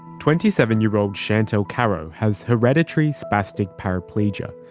twenty seven year old chantelle karo has hereditary spastic paraplegia.